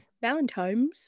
Valentine's